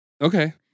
Okay